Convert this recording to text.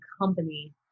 company